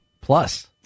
plus